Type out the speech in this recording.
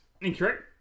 Incorrect